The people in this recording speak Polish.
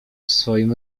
swoim